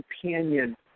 companion